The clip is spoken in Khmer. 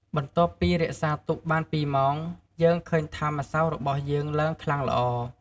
បន្ទាប់ពីរក្សាទុកបានពីរម៉ោង យើងឃើញថាម្សៅរបស់យើងឡើងខ្លាំងល្អ។